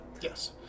Yes